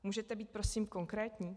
Můžete být prosím konkrétní?